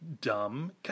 dumb